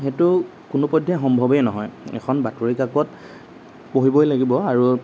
মানে সেইটো কোনোপধ্যে সম্ভৱেই নহয় এখন বাতৰি কাকত পঢ়িবই লাগিব আৰু